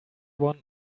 one